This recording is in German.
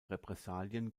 repressalien